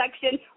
section